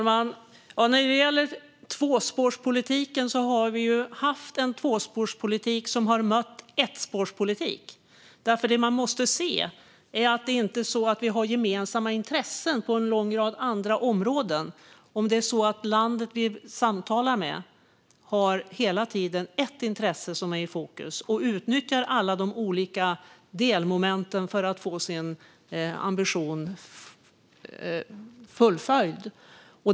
Fru talman! När det gäller tvåspårspolitiken har vi ju haft en sådan som har mött en ettspårspolitik. Det man måste se är att vi inte har gemensamma intressen på en lång rad andra områden om landet vi samtalar med hela tiden har ett intresse som är i fokus och utnyttjar alla de olika delmomenten för att få sin ambition fullföljd.